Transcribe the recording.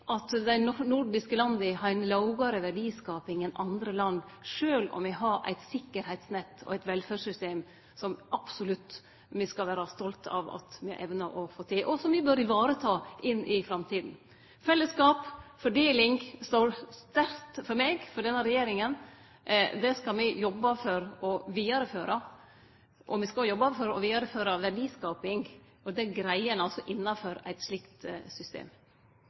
at dei nordiske landa har ei lågare verdiskaping enn andre land, sjølv om me har eit sikkerheitsnett og eit velferdssystem som me absolutt skal vere stolte av at me evnar å få til, og som me bør ta vare på inn i framtida. Fellesskap og fordeling står sterkt for meg og for denne regjeringa. Det skal me jobbe for å vidareføre. Me skal òg jobbe for å vidareføre verdiskaping, og det greier ein innafor eit slikt system.